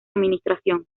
administración